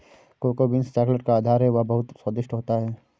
cocoa beans chocolate का आधार है वह बहुत स्वादिष्ट होता है